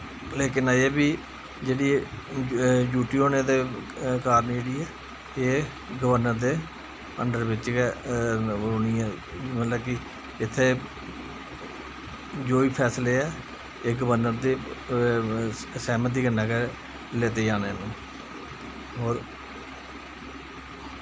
लेकिन अज्जें बी यू टी होने दे कारण एह् गवर्नर दे अंडर बिच्च गै रौह्नी ऐं मतलब कि इत्थै जो बी फैंसले ऐं गवर्नर दी सैह्मती कन्नै गै लैत्ते जाने न होर